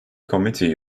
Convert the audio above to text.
committee